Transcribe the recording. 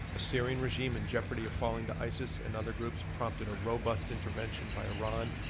a syrian regime in jeopardy of falling to isis and other groups prompted a robust intervention by iran,